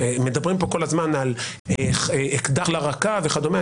מדברים כאן כל הזמן על אקדח לרקה וכדומה,